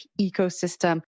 ecosystem